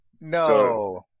No